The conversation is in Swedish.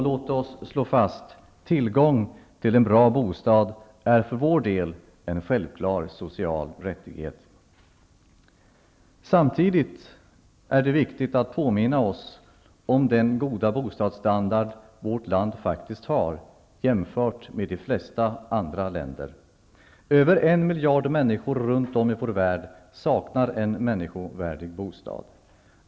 Låt oss slå fast: Tillgång till en bra bostad är för vår del en självklar social rättighet. Samtidigt är det viktigt att vi påminner oss om den goda bostadsstandard vårt land faktiskt har jämfört med de flesta andra länder. Över en miljard människor runt om i vår värld saknar en människovärdig bostad.